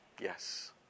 Yes